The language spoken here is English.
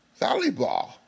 volleyball